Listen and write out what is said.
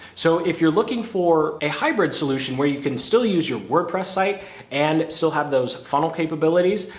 so if you're looking for a hybrid solution where you can still use your wordpress site and still have those funnel capabilities,